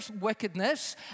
wickedness